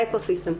ה-אקו סיסטם.